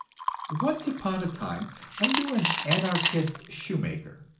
once upon a time i knew an anarchist shoemaker,